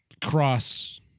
Cross